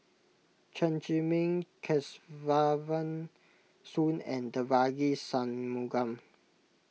Chen Zhiming Soon and Devagi Sanmugam